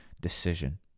decision